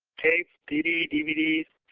tapes, cd, dvds,